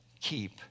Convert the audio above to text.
keep